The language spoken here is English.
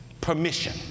permission